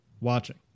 Watching